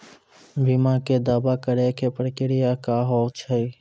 बीमा के दावा करे के प्रक्रिया का हाव हई?